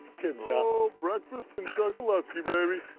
good job. oh, breakfast in chokoloskee, baby.